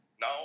Now